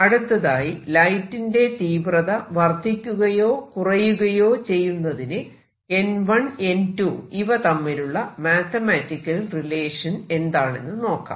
അടുത്തതായി ലൈറ്റിന്റെ തീവ്രത വർദ്ധിക്കുകയോ കുറയുകയോ ചെയ്യുന്നതിന് N1 N2 ഇവ തമ്മിലുള്ള മാത്തമാറ്റിക്കൽ റിലേഷൻ എന്താണെന്ന് നോക്കാം